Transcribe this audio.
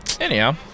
anyhow